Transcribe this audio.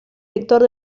director